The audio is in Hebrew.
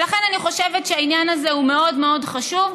ולכן, אני חושבת שהעניין הזה הוא מאוד מאוד חשוב,